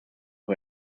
who